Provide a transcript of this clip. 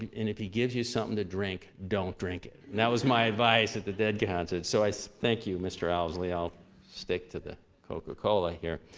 if he gives you something to drink, don't drink it. that was my advice at the dead concert. so i so you, mr. owsley, i'll stick to the coca-cola here.